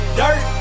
dirt